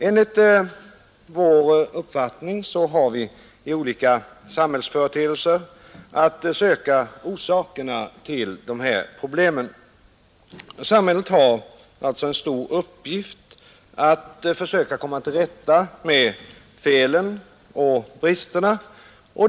Enligt vår uppfattning har vi att söka orsakerna till dessa problem i olika samhällsföreteelser. Det är alltså en stor uppgift för samhället att försöka komma till rätta med dessa fel och brister.